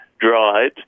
dried